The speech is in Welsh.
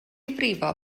frifo